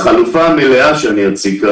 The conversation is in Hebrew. החלופה המלאה שאני אציג,